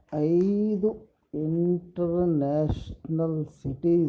ಐದು international cities